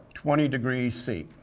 twenty degrees c.